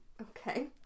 Okay